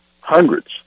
Hundreds